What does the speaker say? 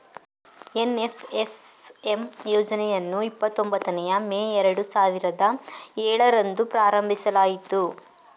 NFSM ಯೋಜನೆಯನ್ನು ಇಪ್ಪತೊಂಬತ್ತನೇಯ May ಎರಡು ಸಾವಿರದ ಏಳರಂದು ಪ್ರಾರಂಭಿಸಲಾಯಿತು